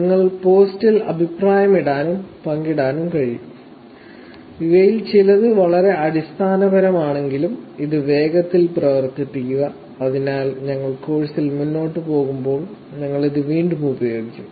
നിങ്ങൾക്ക് പോസ്റ്റിൽ അഭിപ്രായമിടാനും പങ്കിടാനും കഴിയും ഇവയിൽ ചിലത് വളരെ അടിസ്ഥാനപരമാണെങ്കിലും ഇത് വേഗത്തിൽ പ്രവർത്തിപ്പിക്കുക അതിനാൽ ഞങ്ങൾ കോഴ്സിൽ മുന്നോട്ട് പോകുമ്പോൾ ഞങ്ങൾ ഇത് വീണ്ടും ഉപയോഗിക്കും